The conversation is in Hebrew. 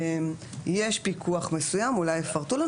יש פיקוח מסוים, אולי יפרטו לנו.